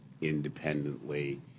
independently